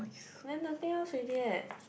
then nothing else with it eh